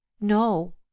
no